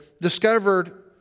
discovered